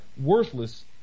worthless